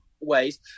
ways